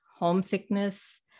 homesickness